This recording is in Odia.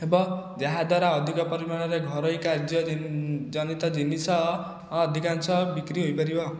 ହେବ ଯାହାଦ୍ୱାରା ଅଧିକ ପରିମାଣରେ ଘରୋଇ କାର୍ଯ୍ୟ ଜନିତ ଜିନିଷ ଅଧିକାଂଶ ବିକ୍ରି ହୋଇପାରିବ